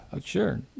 sure